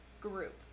group